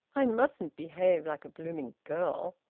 i mustn't behave like a blooming girl.